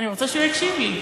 אני רוצה שהוא יקשיב לי.